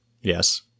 Yes